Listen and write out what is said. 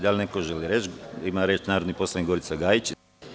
Da li neko želi reč? (Da) Reč ima narodni poslanik Gorica Gajić.